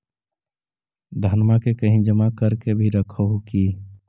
धनमा के कहिं जमा कर के भी रख हू की?